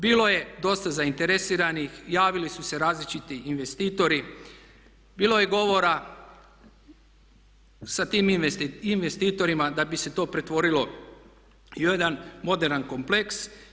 Bilo je dosta zainteresiranih, javili su se različiti investitori, bilo je govora sa tim investitorima da bi se to pretvorilo i u jedna moderan kompleks.